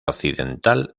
occidental